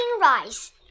rice